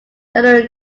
general